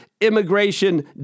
immigration